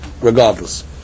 regardless